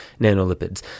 nanolipids